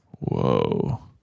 Whoa